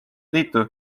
liitu